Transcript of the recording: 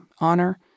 honor